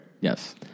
Yes